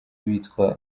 bitwaye